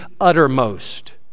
uttermost